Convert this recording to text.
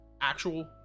actual